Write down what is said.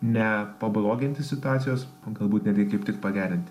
ne pabloginti situacijos galbūt net gi kaip tik pagerinti